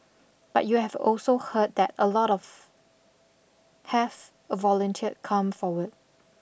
but you have also heard that a lot of have a volunteer come forward